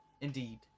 Indeed